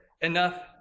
enough